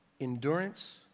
endurance